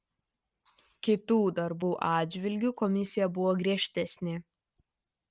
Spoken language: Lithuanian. kitų darbų atžvilgiu komisija buvo griežtesnė